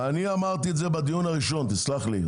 אני אמרתי את זה בדיון הראשון, תסלח לי.